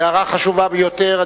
הערה חשובה ביותר.